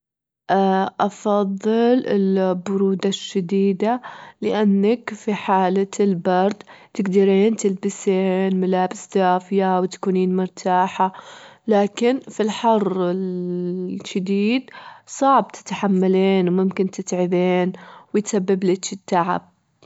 أفضل البرودة الشديدة، لأنك في حالة البرد تجدرين تلبسين ملابس دافية وتكونين مرتاحة، لكن في الحر الشديد صعب تتحملين وممكن تتعبين ويسبب لتش التعب.